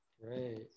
Great